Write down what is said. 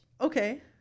okay